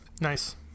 Nice